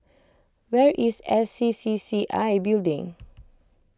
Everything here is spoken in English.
where is S C C C I Building